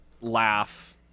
laugh